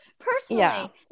personally